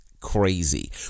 crazy